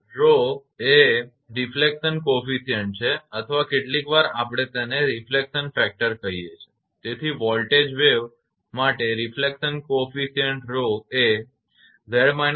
𝜌 એ પ્રતિબિંબ ગુણાંક છે અથવા કેટલીકવાર આપણે તેને પ્રતિબિંબ પરિબળ કહીએ છીએ તેથી વોલ્ટેજ તરંગ માટે પ્રતિબિંબ ગુણાંક 𝜌 એ 𝑍−𝑍𝑐𝑍𝑍𝑐 બરાબર છે